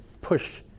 push